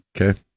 Okay